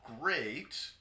great